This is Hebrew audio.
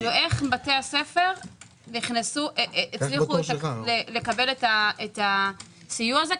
איך בתי הספר הצליחו לקבל את הסיוע הזה?